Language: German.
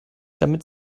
damit